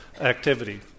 activity